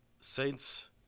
Saints